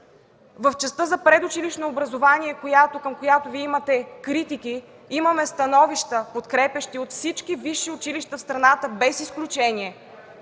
В частта за предучилищно образование, към която Вие имате критики, имаме подкрепящи становища от всички висши училища в страната без изключение,